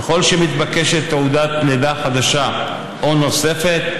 ככל שמתבקשת תעודת לידה חדשה או נוספת,